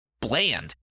Bland